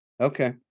okay